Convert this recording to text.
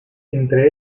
entre